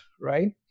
right